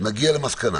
נגיע למסקנה